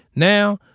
now,